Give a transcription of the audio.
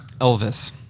Elvis